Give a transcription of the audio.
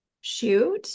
shoot